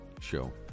show